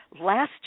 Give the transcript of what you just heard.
Last